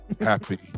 Happy